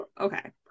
Okay